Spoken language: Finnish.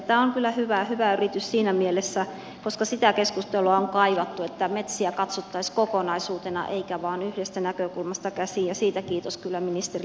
tämä on kyllä hyvä yritys siinä mielessä koska sitä keskustelua on kaivattu että metsiä katsottaisiin kokonaisuutena eikä vain yhdestä näkökulmasta käsin ja siitä kiitos kyllä ministerille ja ministeriölle